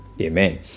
Amen